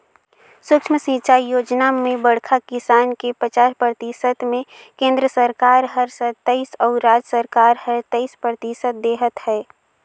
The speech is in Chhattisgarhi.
सुक्ष्म सिंचई योजना म बड़खा किसान के पचास परतिसत मे केन्द्र सरकार हर सत्तइस अउ राज सरकार हर तेइस परतिसत देहत है